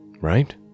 Right